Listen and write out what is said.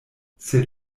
sed